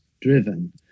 driven